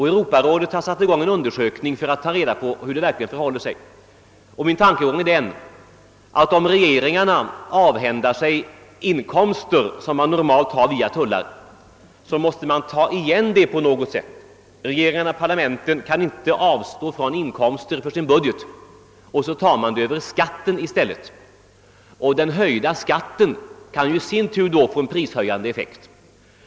Europarådet har satt i gång en undersökning för att ta reda på hur det verkligen förhåller sig. Min tankegång är, att om regeringarna avhänder sig inkomster som de normalt har via tullar, så måste de ta igen förlusten på något sätt. Regeringarna och parlamenten kan inte avstå inkomster för sin budget, och minskas tullinkomsterna tar de i stället in motsvarande belopp via skatten. Den höjda skatten kan ju i sin tur då få en prishöjande effekt.